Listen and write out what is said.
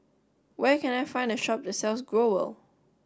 where can I find a shop that sells Growell